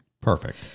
Perfect